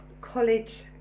college